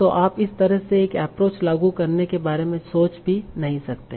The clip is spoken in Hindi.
तो आप इस तरह से एक एप्रोच लागू करने के बारे में सोच भी नहीं सकते